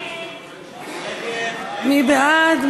מי בעד?